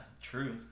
true